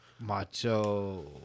Macho